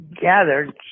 gathered